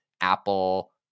Apple